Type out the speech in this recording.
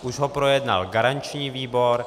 Už ho projednal garanční výbor.